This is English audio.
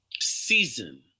Season